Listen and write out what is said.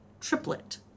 triplet